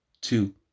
Two